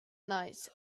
night